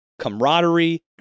camaraderie